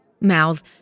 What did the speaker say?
Mouth